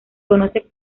conoce